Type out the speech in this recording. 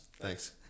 Thanks